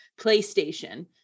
playstation